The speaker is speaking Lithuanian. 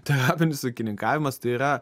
terapinis ūkininkavimas tai yra